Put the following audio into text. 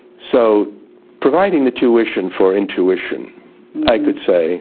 so providing the tuition for intuition i could say